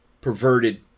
perverted